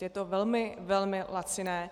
Je to velmi, velmi laciné.